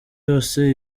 yose